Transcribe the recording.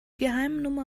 geheimnummer